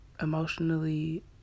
emotionally